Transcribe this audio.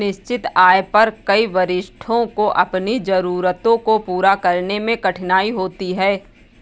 निश्चित आय पर कई वरिष्ठों को अपनी जरूरतों को पूरा करने में कठिनाई होती है